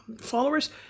followers